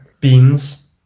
Beans